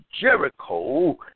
Jericho